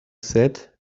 said